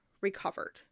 recovered